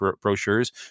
brochures